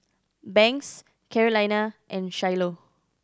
Banks Carolina and Shiloh